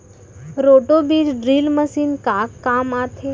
Roto बीज drill machine का काम आथे?